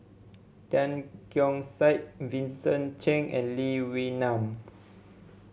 Tan Keong Saik Vincent Cheng and Lee Wee Nam